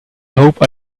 hope